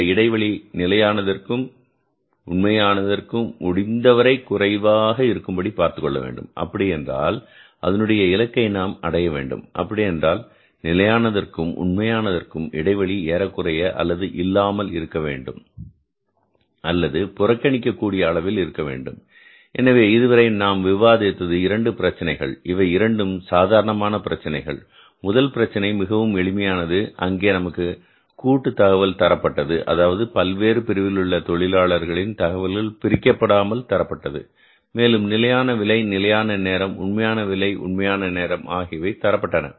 இந்த இடைவெளி நிலையானதற்கும் உண்மையானதற்கும் முடிந்தவரை குறைவாக இருக்கும்படி பார்த்துக்கொள்ள வேண்டும் அப்படி என்றால் அதனுடைய இலக்கை நாம் அடைய வேண்டும் அப்படி என்றால் நிலையானதற்கும் உண்மையானதற்கும் இடைவெளி ஏறக்குறைய அல்லது இல்லாமல் இருக்க வேண்டும் அல்லது புறக்கணிக்கக் கூடிய அளவில் இருக்க வேண்டும் எனவே இதுவரை நாம் விவாதித்தது இரண்டு பிரச்சினைகள் இவை இரண்டும் சாதாரணமான பிரச்சனைகள் முதல் பிரச்சனை மிகவும் எளிமையானது அங்கே நமக்கு கூட்டு தகவல் தரப்பட்டது அதாவது பல்வேறு பிரிவிலுள்ள தொழிலாளர்களின் தகவல்கள் பிரிக்காமல் தரப்பட்டது மேலும் நிலையான விலை நிலையான நேரம் உண்மையான விலை உண்மையான நேரம் ஆகியவை தரப்பட்டன